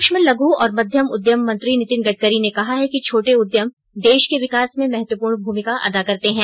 सुक्ष्म लघु और मध्यम उद्यम मंत्री नितिन गडकरी ने कहा है कि छोटे उद्यम देश के विकास में महत्वपूर्ण भूमिका अदा करते हैं